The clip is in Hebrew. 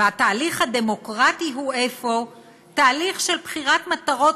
התהליך הדמוקרטי הוא אפוא תהליך של בחירת המטרות